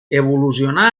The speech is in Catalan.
evolucionà